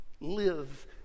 Live